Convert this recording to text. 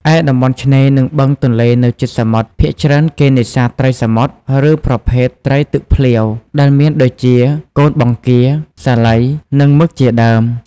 ឯ តំបន់ឆ្នេរ និងបឹងទន្លេនៅជិតសមុទ្រ ភាគច្រើនគេនេសាទត្រីសមុទ្រ ឬប្រភេទត្រីទឹកភ្លាវ ដែលមានដូចជា កូនបង្គា សាលី និងមឹកជាដ់ើម។